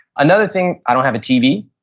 another thing i don't have a tv.